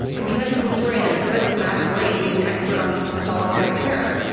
and because this historian and unearthed a mass grave, and he's an expert on stalin's great terror,